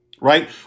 right